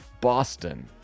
Boston